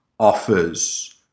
offers